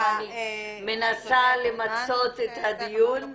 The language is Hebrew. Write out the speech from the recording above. הבנת עכשיו למה אני מנסה למצות את הדיון?